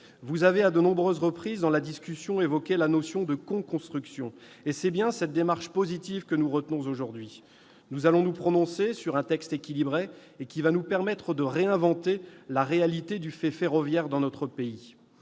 Vous avez, à de nombreuses reprises dans la discussion, évoqué la notion de coconstruction, et c'est bien cette démarche positive que nous retenons aujourd'hui. Nous allons nous prononcer sur un texte équilibré, qui nous permettra de réinventer la réalité du fait ferroviaire dans notre pays.